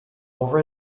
over